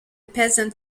peasant